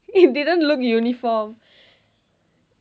it didn't looked uniform